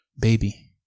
Baby